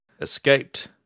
escaped